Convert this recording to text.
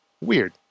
Weird